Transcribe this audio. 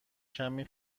کمی